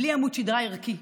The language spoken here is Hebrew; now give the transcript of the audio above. בלי עמוד שדרה ערכי,